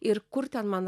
ir kur ten man